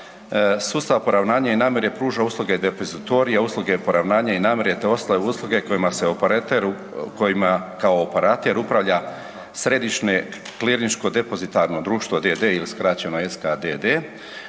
sustav poravnanja i namire pruža usluge depozitorija, usluge poravnanja i namire te ostale usluge kojima se operateru, kojima kao operater upravlja Središnje klirinško depozitarno društvo d.d. ili skraćeno SKDD,